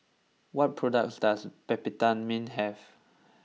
what products does Peptamen have